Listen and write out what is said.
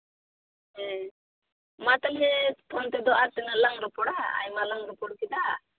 ᱦᱮᱸ ᱢᱟ ᱛᱟᱦᱞᱮ ᱯᱷᱳᱱ ᱛᱮᱫᱚ ᱟᱨ ᱛᱤᱱᱟᱹᱜ ᱞᱟᱝ ᱨᱚᱯᱚᱲᱟ ᱟᱭᱢᱟ ᱞᱟᱝ ᱨᱚᱯᱚᱲ ᱠᱮᱫᱟ